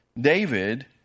David